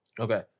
Okay